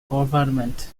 government